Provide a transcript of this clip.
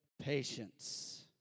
patience